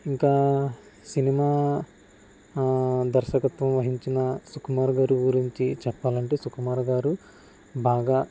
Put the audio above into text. ఇంకా సినిమా దర్శకత్వం వహించిన సుకుమార్ గారి గురించి చెప్పాలంటే సుకుమార్ గారు బాగా